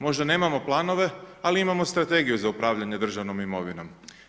Možda nemamo planove, ali imamo strategiju za upravljanje državnom imovinom.